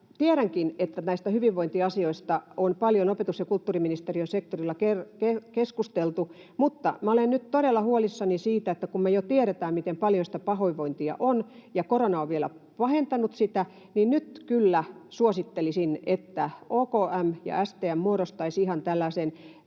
Tiedänkin, että näistä hyvinvointiasioista on paljon opetus- ja kulttuuriministeriön sektorilla keskusteltu, mutta minä olen nyt todella huolissani siitä, että kun me jo tiedämme, miten paljon sitä pahoinvointia on ja korona on vielä pahentanut sitä, niin nyt kyllä suosittelisin, että OKM ja STM muodostaisivat ihan tällaisen